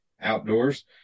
Outdoors